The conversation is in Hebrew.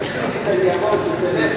תשאיר לי את הניירות ותלך,